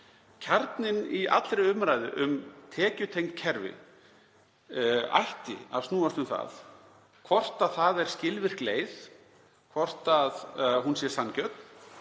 Kjarninn í allri umræðu um tekjutengd kerfi ætti að snúast um það hvort það er skilvirk leið, hvort hún er sanngjörn,